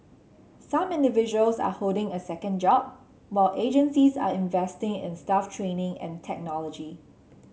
some individuals are holding a second job while agencies are investing in staff training and technology